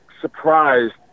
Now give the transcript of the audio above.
surprised